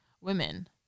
women